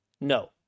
no